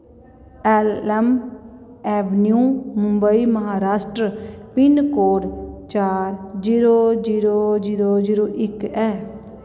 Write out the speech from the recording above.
Elm avenue Mumbai Maharashtra pin code चार zero zero zero zero इक ऐ